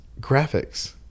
Graphics